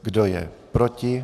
Kdo je proti?